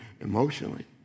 emotionally